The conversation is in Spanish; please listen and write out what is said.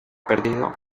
perdido